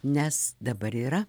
nes dabar yra